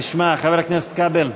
תשמע, חבר הכנסת כבל,